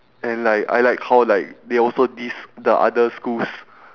and like I like how like they also diss the other schools